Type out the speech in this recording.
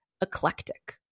eclectic